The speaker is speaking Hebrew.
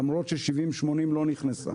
למרות ש-80-70 לא נכנסה,